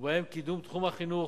ובהם קידום תחום החינוך,